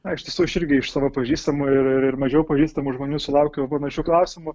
na iš tiesų aš irgi iš savo pažįstamų ir ir ir mažiau pažįstamų žmonių sulaukiu panašių klausimų